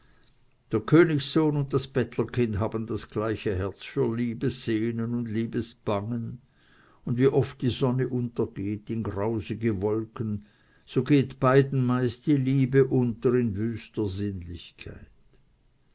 der königssohn und das bettlerkind haben das gleiche herz für liebessehnen und liebesbangen und wie oft die sonne untergeht in grausige wolken so geht beiden meist die liebe unter in wüster sinnlichkeit